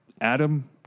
Adam